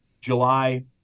July